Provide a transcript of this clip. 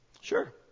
Sure